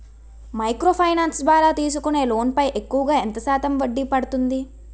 Micro finance ద్వారా తీసుకునే loan పై ఎక్కువుగా ఎంత శాతం వడ్డీ పడుతుంది?